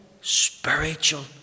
spiritual